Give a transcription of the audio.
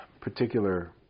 particular